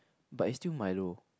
but it's still Milo